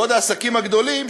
בעוד העסקים הגדולים,